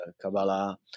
Kabbalah